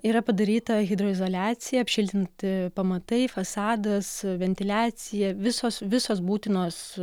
yra padaryta hidroizoliacija apšiltinti pamatai fasadas ventiliacija visos visos būtinos